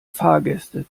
fahrgäste